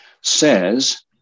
says